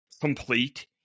complete